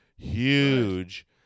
Huge